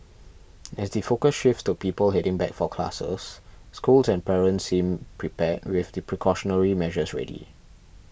as the focus shifts to people heading back for classes schools and parents seem prepared with the precautionary measures ready